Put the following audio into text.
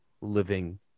living